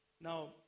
Now